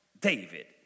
David